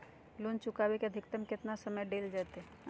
Loan चुकाबे के अधिकतम केतना समय डेल जयते?